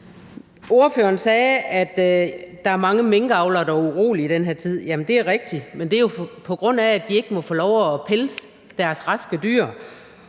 Ordføreren sagde, at der er mange minkavlere, der er urolige i den her tid. Jamen det er rigtigt, men det er jo, på grund af at de ikke må få lov til at pelse deres raske dyr